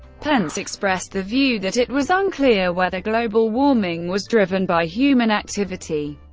pence expressed the view that it was unclear whether global warming was driven by human activity,